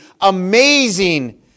amazing